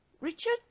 Richard